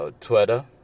Twitter